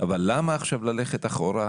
אבל למה עכשיו ללכת אחורה?